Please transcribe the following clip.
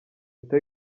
impeta